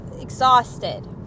exhausted